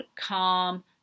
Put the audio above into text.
calm